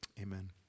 Amen